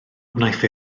wnaiff